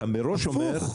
הפוך.